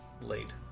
Late